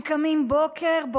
הם קמים בוקר-בוקר,